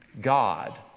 God